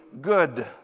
good